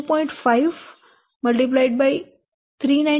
5 x 0